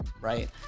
right